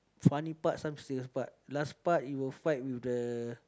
funny part some serious part last part he will fight with the